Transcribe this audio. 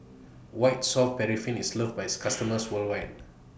White Soft Paraffin IS loved By its customers worldwide